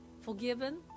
forgiven